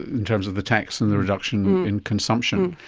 in terms of the tax and the reduction in consumption.